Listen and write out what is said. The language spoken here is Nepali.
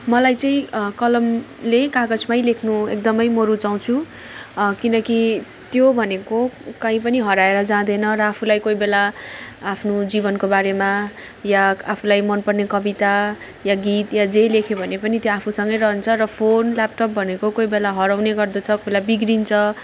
मलाई चाहिँ कलमले कागजमा लेख्नु एकदम म रुचाउँछु किनकि त्यो भनेको कहीँ पनि हराएर जाँदैन र आफूलाई कोही बेला आफ्नो जीवनको बारेमा यहाँ आफूलाई मन पर्ने कविता वा गीत जे लेख्यो भने पनि त्यो आफूसँगै रहन्छ र फोन ल्यापटप भनेको कोही बेला हराउने गर्दछ कहिले बिग्रन्छ